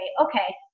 okay